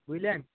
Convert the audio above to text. বুঝলেন